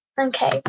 Okay